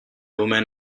woman